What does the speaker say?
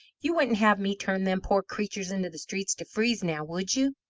you wouldn't have me turn them poor creatures into the streets to freeze, now, would you?